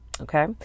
Okay